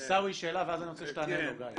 עיסאווי, שאלה, ואז אני רוצה שתענה לו, גיא.